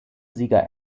sieger